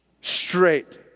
Straight